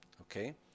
Okay